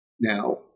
Now